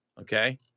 okay